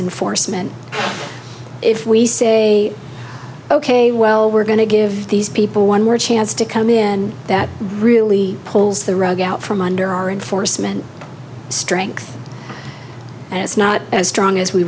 enforcement if we say ok well we're going to give these people one more chance to come in that really pulls the rug out from under our enforcement strength and it's not as strong as we